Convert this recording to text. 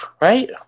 right